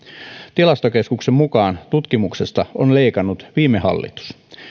tilastokeskuksen mukaan tutkimuksesta on leikannut viime hallitus